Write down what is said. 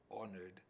honored